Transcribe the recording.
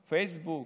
פייסבוק,